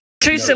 Two